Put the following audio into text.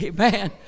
Amen